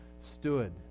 stood